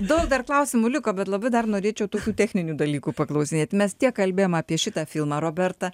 daug dar klausimų liko bet labai dar norėčiau tokių techninių dalykų paklausinėti mes tiek kalbėjom apie šitą filmą roberta